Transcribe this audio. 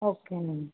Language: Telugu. ఓకే అండి